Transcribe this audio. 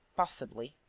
possibly.